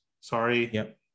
Sorry